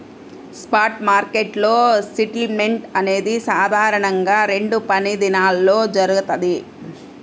spot మార్కెట్లో settlement అనేది సాధారణంగా రెండు పనిదినాల్లో జరుగుతది,